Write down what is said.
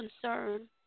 concern